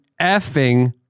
effing